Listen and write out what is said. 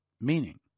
Meaning